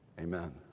Amen